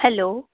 hello